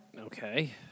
Okay